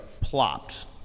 plopped